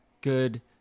good